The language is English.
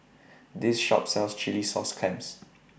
This Shop sells Chilli Sauce Clams